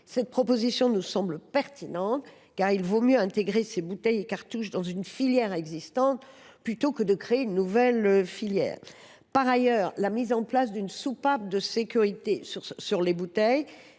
Cette proposition nous semble pertinente, car il vaut mieux intégrer ces bouteilles et cartouches à une filière existante que d’en créer une nouvelle. Par ailleurs, la mise en place d’une soupape de sécurité sur les bouteilles